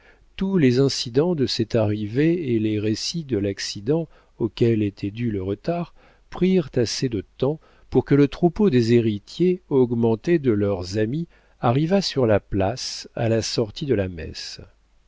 tous les incidents de cette arrivée et les récits de l'accident auquel était dû le retard prirent assez de temps pour que le troupeau des héritiers augmenté de leurs amis arrivât sur la place à la sortie de la messe